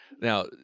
Now